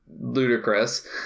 ludicrous